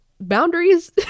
Boundaries